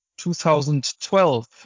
2012